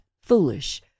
foolish